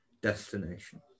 destination